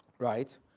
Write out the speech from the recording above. Right